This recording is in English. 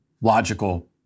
logical